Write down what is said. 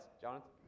Jonathan